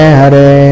Hare